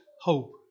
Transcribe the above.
hope